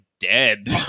dead